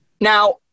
Now